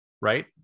right